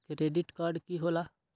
Credit card की होला?